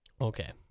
Okay